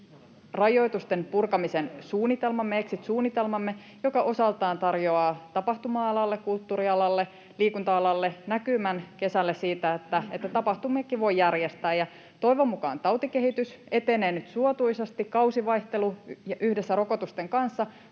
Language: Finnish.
rajoitusten purkamisen suunnitelmamme, exit-suunnitelmamme, joka osaltaan tarjoaa tapahtuma-alalle, kulttuurialalle, liikunta-alalle näkymän kesälle siitä, että tapahtumiakin voi järjestää, ja toivon mukaan tautikehitys etenee nyt suotuisasti, kausivaihtelu yhdessä rokotusten kanssa